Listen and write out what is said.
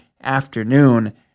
afternoon